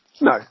No